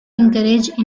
encourage